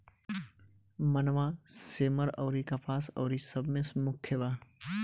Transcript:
मनवा, सेमर अउरी कपास अउरी सब मे मुख्य बा